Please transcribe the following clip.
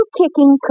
kicking